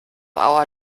our